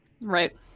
Right